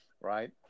right